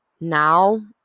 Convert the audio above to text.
now